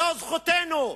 זאת זכותנו.